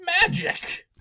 magic